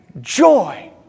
joy